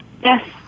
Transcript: Yes